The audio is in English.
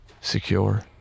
Secure